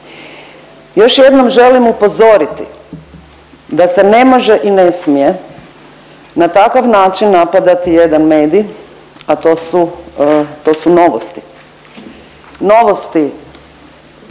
Još jednom želim upozoriti da se ne može i ne smije na takav način napadati jedan medij, a to su, to su